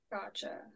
gotcha